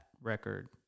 record